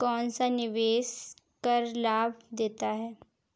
कौनसा निवेश कर लाभ देता है?